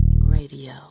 Radio